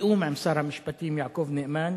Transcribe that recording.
בתיאום עם שר המשפטים יעקב נאמן,